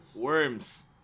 Worms